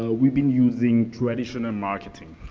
ah we've been using traditional marketing,